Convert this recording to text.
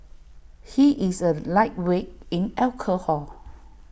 he is A lightweight in alcohol